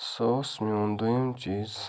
سُہ اوس میون دۄیِم چیٖز